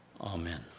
Amen